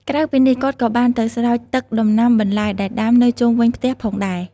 ក្រៅពីនេះ គាត់ក៏បានទៅស្រោចទឹកដំណាំបន្លែ ដែលដាំនៅជុំវិញផ្ទះផងដែរ។